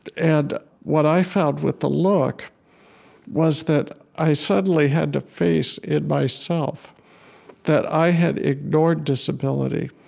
and what i found with the look was that i suddenly had to face in myself that i had ignored disability.